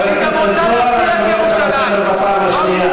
חבר הכנסת זוהר, אני קורא אותך לסדר בפעם השנייה.